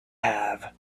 have